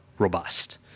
robust